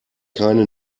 keine